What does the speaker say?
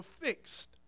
fixed